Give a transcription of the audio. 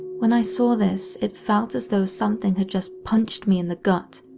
when i saw this, it felt as though something had just punched me in the gut,